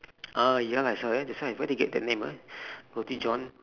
ah ya lah that's why that's why where they get the name ah roti john